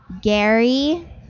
Gary